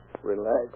Relax